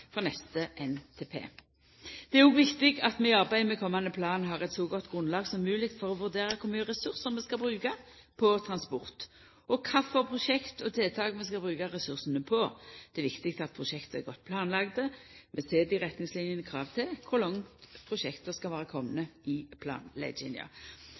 for neste NTP. Det er òg viktig at vi i arbeidet med komande plan har eit så godt grunnlag som mogleg for å vurdera kor mykje ressursar vi skal bruka på transport, og kva for prosjekt og tiltak vi skal bruka ressursane på. Det er viktig at prosjekta er godt planlagde. Vi set i retningslinene krav til kor langt prosjekta skal